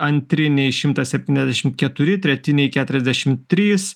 antriniai šimtas septyniasdešim keturi tretiniai keturiasdešim trys